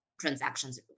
transactions